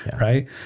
Right